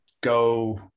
go